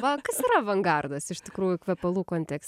ba kas yra avangardas iš tikrųjų kvepalų kontekste